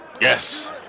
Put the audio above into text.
Yes